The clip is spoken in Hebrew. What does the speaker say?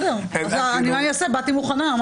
באתי מוכנה.